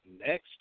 next